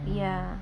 ya